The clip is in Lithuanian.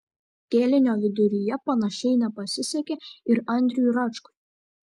kėlinio viduryje panašiai nepasisekė ir andriui račkui